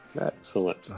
Excellent